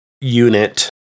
unit